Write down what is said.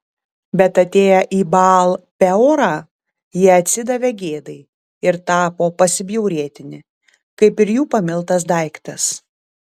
bet atėję į baal peorą jie atsidavė gėdai ir tapo pasibjaurėtini kaip ir jų pamiltas daiktas